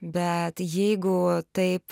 bet jeigu taip